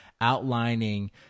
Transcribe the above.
outlining